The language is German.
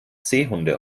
seehunde